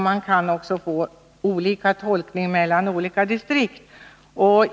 Det kan också göras olika tolkningar i olika distrikt.